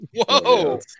whoa